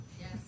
Yes